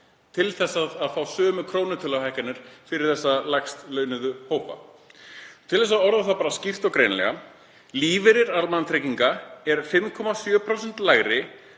til þess að fá sömu krónutöluhækkanir fyrir lægst launuðu hópana. Til þess að orða það skýrt og greinilega: Lífeyrir almannatrygginga er 5,7% lægri